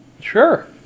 Sure